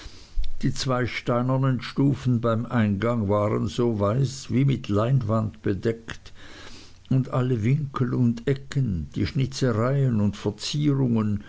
die zwei steinernen stufen beim eingang waren so weiß wie mit leinwand bedeckt und alle winkel und ecken die schnitzereien und verzierungen